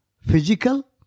Physical